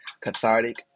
cathartic